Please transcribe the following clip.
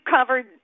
covered